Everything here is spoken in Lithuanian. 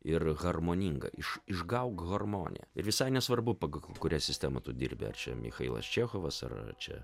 ir harmoninga išgauk harmoniją ir visai nesvarbu pagal kurią sistemą tu dirbi ar čia michailas čechovas ar čia